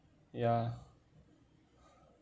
ya